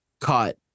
cut